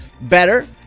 better